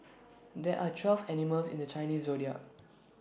there are twelve animals in the Chinese Zodiac